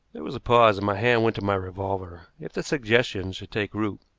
there was a pause and my hand went to my revolver. if the suggestion should take root,